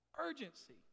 urgency